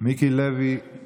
מיקי לוי, אליך.